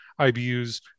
IBUs